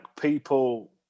people